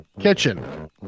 kitchen